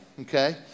Okay